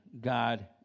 God